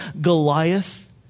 Goliath